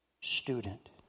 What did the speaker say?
student